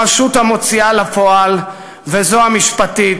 הרשות המוציאה לפועל והמשפט,